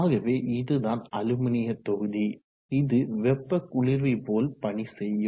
ஆகவே இதுதான் அலுமினிய தொகுதி இது வெப்ப குளிர்வி போல் பணிசெய்யும்